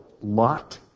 Lot